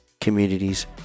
communities